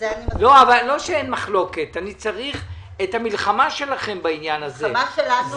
אני צריך את המלחמה שלכם בעניין הזה.